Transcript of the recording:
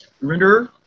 render